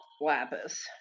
Lapis